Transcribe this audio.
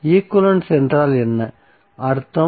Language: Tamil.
ஈக்வலன்ஸ் என்றால் என்ன அர்த்தம்